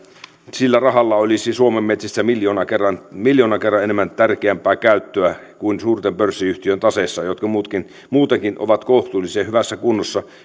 sillä rahalla olisi suomen metsissä miljoona kertaa tärkeämpää käyttöä kuin suurten pörssiyhtiöiden taseissa jotka muutenkin ovat kohtuullisen hyvässä kunnossa